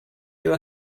your